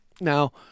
Now